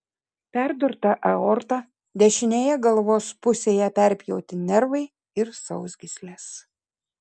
perdurta aorta dešinėje galvos pusėje perpjauti nervai ir sausgyslės